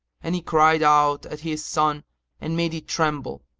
and he cried out at his son and made him tremble.